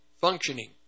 functioning